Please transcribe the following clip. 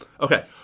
Okay